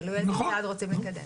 תלוי איזה צעד רוצים לקדם.